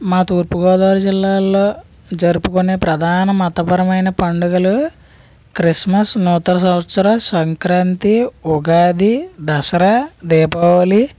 మా తూర్పు గోదావరి జిల్లాల్లో జరుపుకొనే ప్రధాన మతపరమైన పండుగలు క్రిస్మస్ నూతన సంవత్సర సంక్రాంతి ఉగాది దసరా దీపావళి